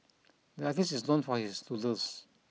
the artist is known for his doodles